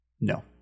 No